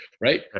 Right